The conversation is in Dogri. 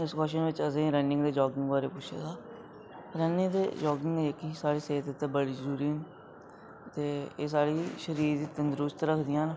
इस क्वश्चन बिच असें गी रनिंग ते जागिंग बारे पुच्छेआ हा रनिंग ते जागिंग एह् कि साढ़ी सेह्त आस्तै बड़ी जरूरी न ते एह् साढ़ी शरीर गी तंदरुस्त रखदियां न